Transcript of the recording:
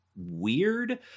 weird